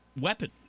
weapon